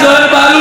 זוהיר בהלול,